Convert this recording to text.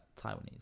Taiwanese